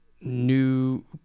new